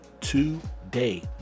today